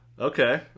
Okay